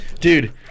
Dude